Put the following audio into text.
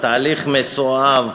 תהליך מסואב,